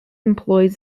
employs